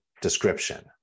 description